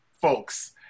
folks